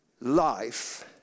life